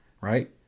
right